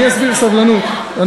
אני אסביר, סבלנות.